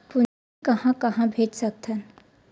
पूंजी कहां कहा भेज सकथन?